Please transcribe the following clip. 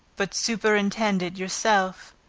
but superintend it yourself.